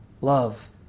love